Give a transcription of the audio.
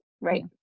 Right